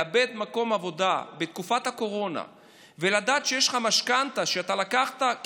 לאבד מקום עבודה בתקופת הקורונה ולדעת שיש לך משכנתה שאתה לקחת,